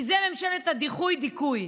כי זאת ממשלת הדיחוי-דיכוי.